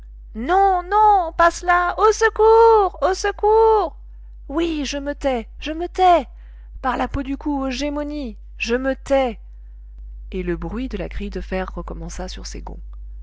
non non pas cela au secours au secours oui je me tais je me tais par la peau du cou aux gémonies je me tais et le bruit de la grille de fer recommença sur ses gonds